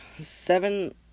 seven